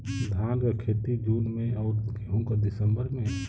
धान क खेती जून में अउर गेहूँ क दिसंबर में?